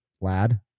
lad